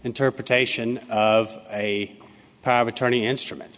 interpretation of a power of attorney instrument